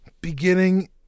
beginning